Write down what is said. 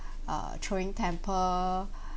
err throwing temper